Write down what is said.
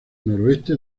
nordeste